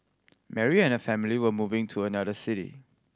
Mary and her family were moving to another city